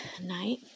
night